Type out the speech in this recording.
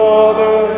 Father